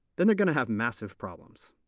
they're going to have massive problems.